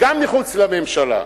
גם מחוץ לממשלה.